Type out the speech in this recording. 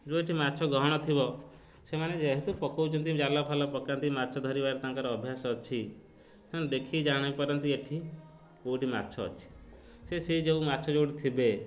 ଯେଉଁଠି ମାଛ ଗହଣ ଥିବ ସେମାନେ ଯେହେତୁ ପକାଉଛନ୍ତି ଜାଲ ଫାଲ ପକାନ୍ତି ମାଛ ଧରିବାର ତାଙ୍କର ଅଭ୍ୟାସ ଅଛି ସେମାନେ ଦେଖି ଜାଣି ପାରନ୍ତି ଏଠି କେଉଁଠି ମାଛ ଅଛି ସେ ସେହି ଯେଉଁ ମାଛ ଯେଉଁଠି ଥିବେ